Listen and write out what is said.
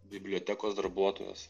bibliotekos darbuotojas